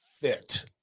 fit